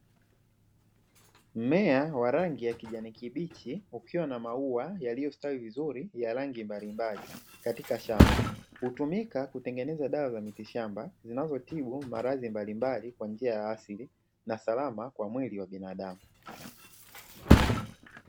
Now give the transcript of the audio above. Mmea wa rangi ya kijani kibichi ukiwa na mauwa yaliyo stawi vizuri, ya rangi mbalimbali katika shamba hutumika kutengeneza dawa za mitishamba zinazotibu maradhi mbalimbali kwa njia ya asili na salama kwa mwili wa binadamu .